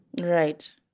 Right